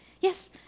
Yes